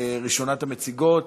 ראשונת המציגות,